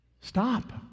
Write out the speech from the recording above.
stop